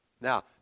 Now